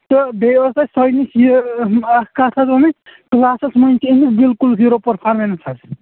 تہٕ بیٚیہ ٲسۍ اَسہِ تۄہہِ نِش یہِ اَکھ کَتھ حظ وَنٕنۍ کٕلاسَس منٛز چھِ أمِس بالکُل زیٖرو پٕرفارمٮ۪نٕس حظ